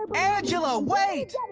angela, wait!